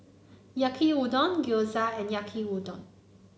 Yaki Udon Gyoza and Yaki Udon